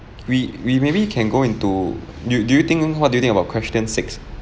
we we maybe can go into do you do you think what do you think about question six